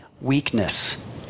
weakness